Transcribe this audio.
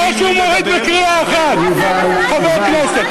אחרי שהוא מוריד בקריאה אחת חבר כנסת.